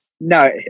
no